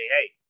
hey